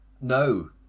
no